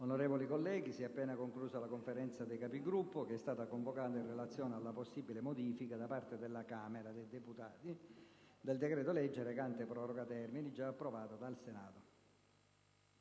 Onorevoli colleghi, si è appena conclusa la Conferenza dei Capigruppo che è stata convocata in relazione alla possibile modifica da parte della Camera dei deputati del decreto-legge recante proroga termini, già approvato dal Senato.